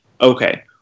Okay